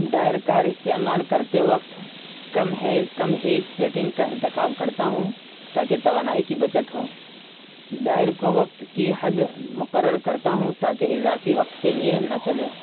ڈائر کار استعمال کرتے وقت کم کم ہیٹ سیٹنگ کا انتخاب کرتا ہوں تا کہ توانائی کی بچت ہو ڈائر کو وقت کی حد مقرر کرتا ہوں تا کہ اضافی وقت کے لیے نہ چلے